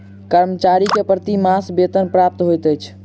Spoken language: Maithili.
कर्मचारी के प्रति मास वेतन प्राप्त होइत अछि